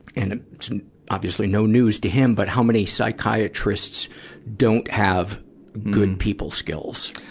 and, it's obviously no news to him, but how many psychiatrists don't have good people skills.